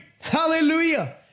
Hallelujah